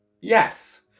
Yes